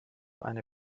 eine